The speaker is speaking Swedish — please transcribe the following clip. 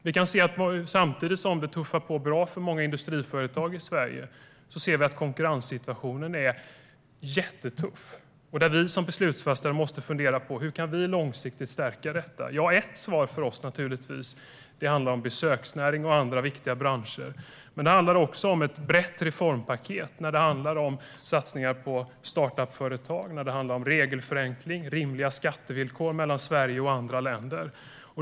Vi kan se att samtidigt som det tuffar på bra för många industriföretag i Sverige har vi en konkurrenssituation som är jättetuff, och där måste vi beslutsfattare fundera på hur vi långsiktigt kan stärka detta. Ett av svaren för oss handlar naturligtvis om besöksnäringen och andra viktiga branscher. Men det handlar också om ett brett reformpaket, om satsningar på startup-företag, om regelförenkling och rimliga skattevillkor mellan Sverige och andra länder.